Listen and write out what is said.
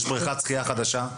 יש בריכת שחייה חדשה.